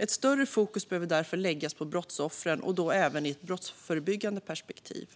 Ett större fokus behöver därför läggas på brottsoffren, även ur ett brottsförebyggande perspektiv.